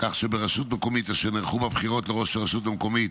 כך שברשות מקומית אשר נערכו בה בחירות לראש הרשות המקומית